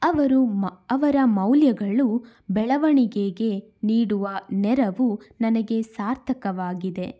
ಅವರು ಮ ಅವರ ಮೌಲ್ಯಗಳು ಬೆಳವಣಿಗೆಗೆ ನೀಡುವ ನೆರವು ನನಗೆ ಸಾರ್ಥಕವಾಗಿದೆ